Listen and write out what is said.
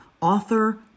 author